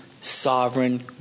sovereign